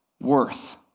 worth